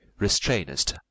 restrainest